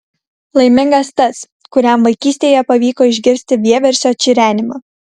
laimingas tas kuriam vaikystėje pavyko išgirsti vieversio čirenimą